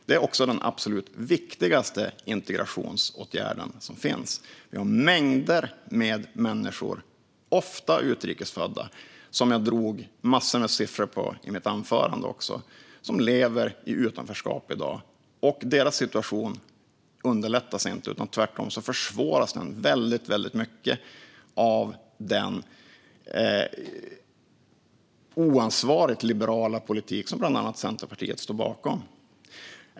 Det är också den absolut viktigaste integrationsåtgärd som finns. Det är mängder av människor, ofta utrikesfödda - jag drog massor av siffror på detta i mitt anförande - som i dag lever i utanförskap. Deras situation underlättas inte utan tvärtom försvåras den mycket av den oansvarigt liberala politik som bland annat Centerpartiet står bakom.